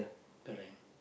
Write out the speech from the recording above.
correct